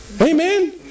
Amen